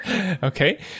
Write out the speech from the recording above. Okay